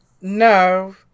No